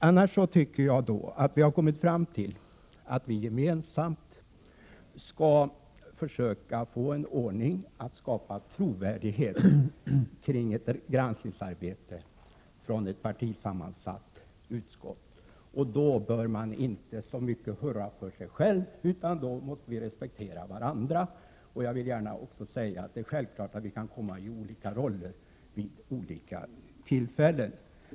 Annars har vi kommit fram till att vi gemensamt skall försöka få en ordning som skapar trovärdighet kring ett granskningsarbete av ett partisammansatt utskott. Då bör man inte så mycket hurra för sig själv, utan då måste vi respektera varandra. Jag vill också säga att det är självklart att vi kan komma att ha olika roller vid olika tillfällen.